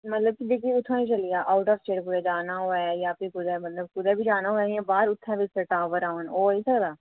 मतलब की जेह्की उत्थै बी चली जा आउट आफ स्टेट कुतै जाना होऐ जां फ्ही कुतै मतलब कुतै बी जाना होऐ इयां बाहर उत्थै बी टावर औन ओह् होई सकदा